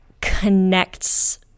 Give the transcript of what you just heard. connects